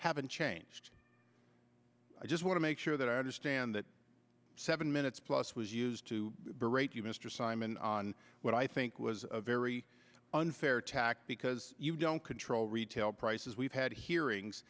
haven't changed i just want to make sure that i understand that seven minutes plus was used to berate you mr simon on what i think was a very unfair tack because you don't control retail prices we've had hearings